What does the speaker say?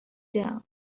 down